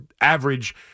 average